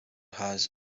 has